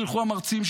שילכו המרצים,